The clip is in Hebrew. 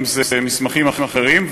אם מסמכים אחרים,